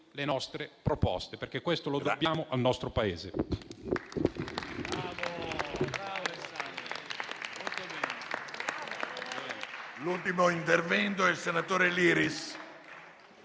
le nostre proposte, perché questo lo dobbiamo al nostro Paese.